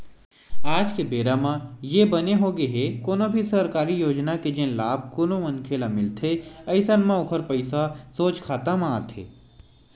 आज के बेरा म ये बने होगे हे कोनो भी सरकारी योजना के जेन लाभ कोनो मनखे ल मिलथे अइसन म ओखर पइसा सोझ खाता म आथे